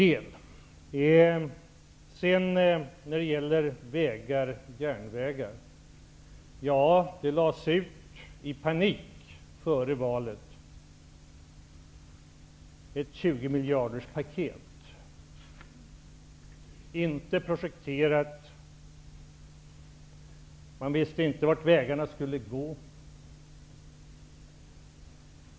När det gäller vägar och järnvägar lades det i panik före förra valet fram ett paket på 20 miljarder. Detta var inte projekterat. Man visste inte vart vägarna skulle gå.